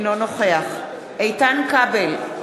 אינו נוכח איתן כבל,